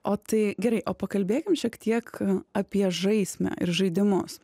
o tai gerai o pakalbėkim šiek tiek apie žaismę ir žaidimus